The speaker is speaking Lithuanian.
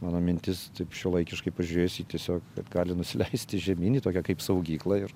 mano mintis taip šiuolaikiškai pažiūrėjus jį tiesiog gali nusileisti žemyn į tokią kaip saugyklą ir